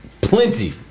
plenty